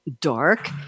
dark